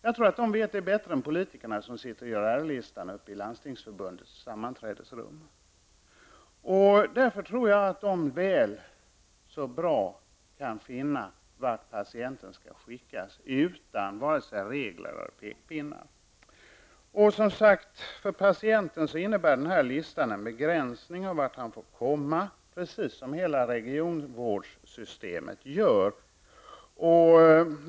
Jag tror att de vet det bättre än politikerna som sitter och gör R-listan i Därför tror jag att de väl så bra kan finna vart patienten skall skickas utan vare sig regler eller pekpinnar. Och för patienten innebär, som sagt, den här listan en begränsning av vart han får komma, precis som hela regionvårdssystemet gör.